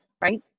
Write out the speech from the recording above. right